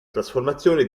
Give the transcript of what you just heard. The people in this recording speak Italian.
trasformazione